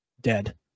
dead